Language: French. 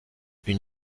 une